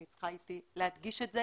התחלתי להדגיש את זה